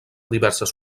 diverses